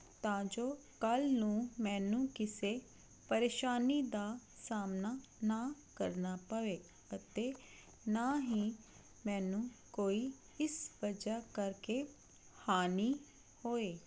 ਤਾਂ ਜੋ ਕੱਲ ਨੂੰ ਮੈਨੂੰ ਕਿਸੇ ਪਰੇਸ਼ਾਨੀ ਦਾ ਸਾਹਮਣਾ ਨਾ ਕਰਨਾ ਪਵੇ ਅਤੇ ਨਾ ਹੀ ਮੈਨੂੰ ਕੋਈ ਇਸ ਵਜਹਾ ਕਰਕੇ ਹਾਨੀ ਹੋਏ